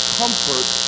comfort